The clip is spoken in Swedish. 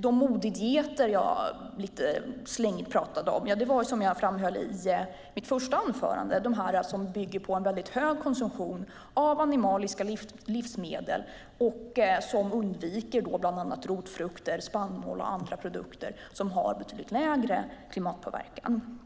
De modedieter jag lite slängigt pratat om är, som jag framhöll i mitt första anförande, de som bygger på en hög konsumtion av animaliska livsmedel och som undviker bland annat rotfrukter, spannmål och andra produkter som har betydligt lägre klimatpåverkan.